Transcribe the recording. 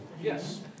Yes